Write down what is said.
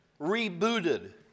rebooted